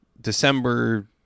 December